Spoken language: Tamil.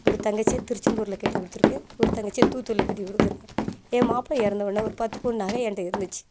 ஒரு தங்கச்சியை திருச்செந்தூரில் கட்டி கொடுத்துருக்கேன் ஒரு தங்கச்சியை தூத்துக்குடியில் கட்டி கொடுத்துருக்கேன் என் மாப்பிள்ளை இறந்தவொன்னே ஒரு பத்து பவுன் நகை என்கிட்ட இருந்துச்சு